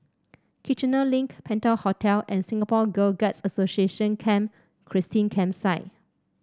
Kiichener Link Penta Hotel and Singapore Girl Guides Association Camp Christine Campsite